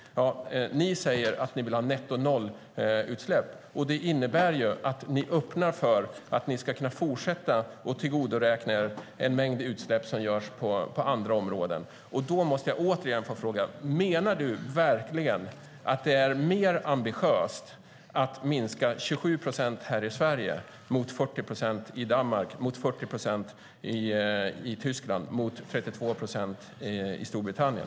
Ni säger att ni vill ha nettonollutsläpp, och det innebär att ni öppnar för att ni ska kunna fortsätta att tillgodoräkna er en mängd utsläpp som görs på andra områden. Då måste jag återigen få fråga: Menar du verkligen att det är mer ambitiöst att minska 27 procent här i Sverige mot 40 procent i Danmark, mot 40 procent i Tyskland och mot 32 procent i Storbritannien?